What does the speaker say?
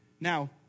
Now